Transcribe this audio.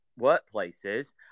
workplaces